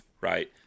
right